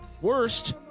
Worst